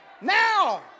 now